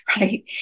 right